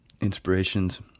inspirations